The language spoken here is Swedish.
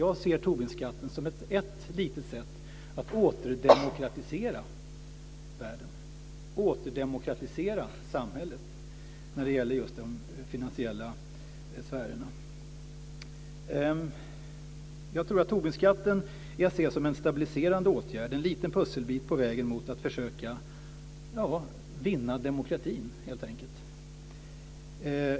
Jag ser Tobinskatten som ett sätt att återdemokratisera världen och samhället när det gäller just de finansiella sfärerna. Jag tror att Tobinskatten är att se som en stabiliserande åtgärd - en liten pusselbit på vägen mot att försöka vinna demokratin, helt enkelt.